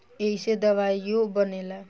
ऐइसे दवाइयो बनेला